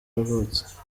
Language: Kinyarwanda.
yavutse